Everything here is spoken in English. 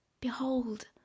Behold